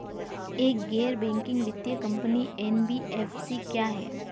एक गैर बैंकिंग वित्तीय कंपनी एन.बी.एफ.सी क्या है?